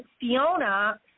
Fiona